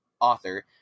author